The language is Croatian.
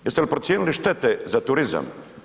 Jeste li procijenili štete za turizam?